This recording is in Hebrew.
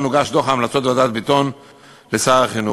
הוגש דוח המלצות ועדת ביטון לשר החינוך.